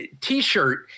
t-shirt